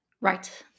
Right